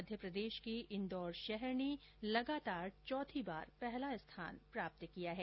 मध्यप्रदेश के इन्दौर शहर ने लगातार चौथी बार पहला स्थान प्राप्त किया है